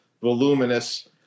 voluminous